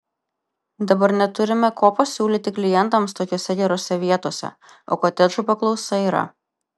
dabar neturime ko pasiūlyti klientams tokiose gerose vietose o kotedžų paklausa yra